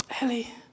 Ellie